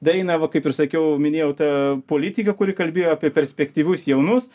daeina va kaip ir sakiau minėjau ta politikė kuri kalbėjo apie perspektyvius jaunus